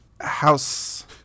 house